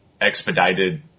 expedited